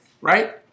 right